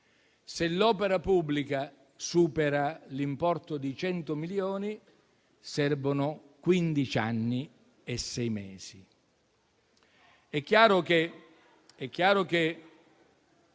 Se l'opera pubblica supera l'importo di cento milioni, servono quindici anni e sei mesi. È chiaro che